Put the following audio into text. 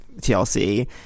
TLC